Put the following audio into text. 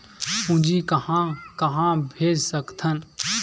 पूंजी कहां कहा भेज सकथन?